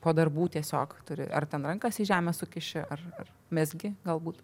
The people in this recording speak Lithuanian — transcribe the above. po darbų tiesiog turi ar ten rankas į žemę sukiši ar mezgi galbūt